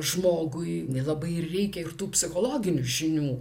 žmogui nelabai ir reikia ir tų psichologinių žinių